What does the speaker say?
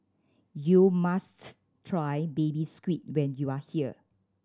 you must try Baby Squid when you are here